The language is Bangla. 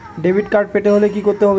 ডেবিটকার্ড পেতে হলে কি করতে হবে?